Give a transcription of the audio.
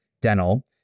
dental